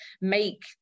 make